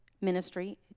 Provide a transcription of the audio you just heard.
ministry